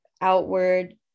outward